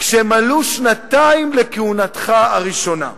כשמלאו שנתיים לכהונתך הראשונה.